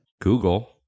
google